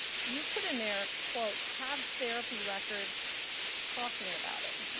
you put in there quote have therapy records talking about it.